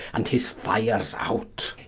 and his fire's out